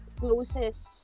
closest